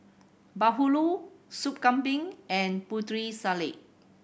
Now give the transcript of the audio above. bahulu Soup Kambing and Putri Salad